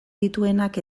dituenak